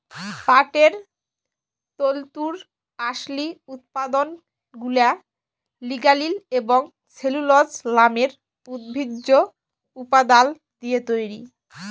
পাটের তল্তুর আসলি উৎপাদলগুলা লিগালিল এবং সেলুলজ লামের উদ্ভিজ্জ উপাদাল দিঁয়ে তৈরি